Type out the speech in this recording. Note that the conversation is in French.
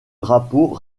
drapeau